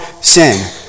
sin